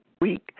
week